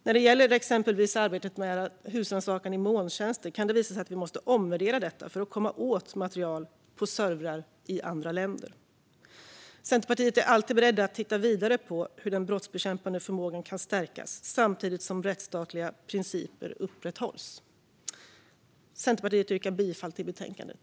När det gäller exempelvis arbetet med husrannsakan i molntjänster kan det visa sig att vi måste omvärdera detta för att komma åt material på servrar i andra länder. Centerpartiet är alltid berett att titta vidare på hur den brottsbekämpande förmågan kan stärkas samtidigt som rättsstatliga principer upprätthålls. Jag yrkar bifall till förslaget i betänkandet.